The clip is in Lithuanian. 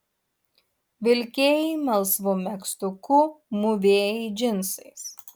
vilkėjai melsvu megztuku mūvėjai džinsais